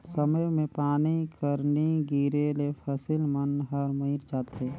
समे मे पानी कर नी गिरे ले फसिल मन हर मइर जाथे